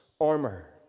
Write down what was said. armor